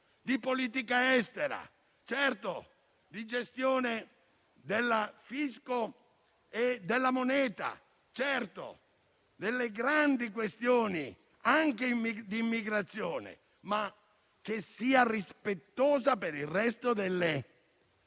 di politica estera, certo di gestione del fisco e della moneta, certo delle grandi questioni anche di immigrazione, ma che per il resto sia rispettosa delle